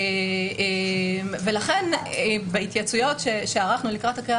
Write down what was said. לכן בהתייעצויות שערכנו לקראת הקריאה